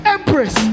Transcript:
Empress